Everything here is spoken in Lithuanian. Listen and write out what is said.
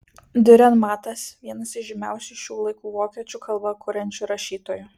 diurenmatas vienas iš žymiausių šių laikų vokiečių kalba kuriančių rašytojų